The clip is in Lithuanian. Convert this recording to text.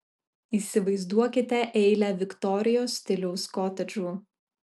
įsivaizduokite eilę viktorijos stiliaus kotedžų